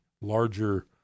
larger